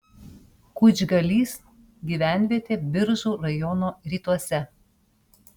kučgalys gyvenvietė biržų rajono rytuose